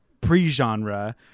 pre-genre